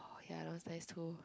oh ya that one's nice too